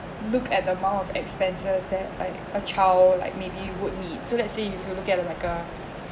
look at the amount of expenses that like a child like maybe would need so let's say if you look at the like uh